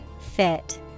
Fit